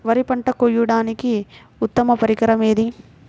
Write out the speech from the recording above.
వరి పంట కోయడానికి ఉత్తమ పరికరం ఏది?